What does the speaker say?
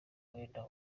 umwenda